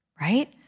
right